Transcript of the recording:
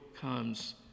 comes